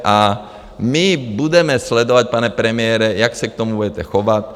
A my budeme sledovat, pane premiére, jak se k tomu budete chovat.